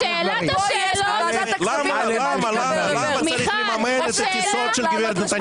שאלת השאלות --- למה למה צריך לממן את הטיסות של גב' נתניהו?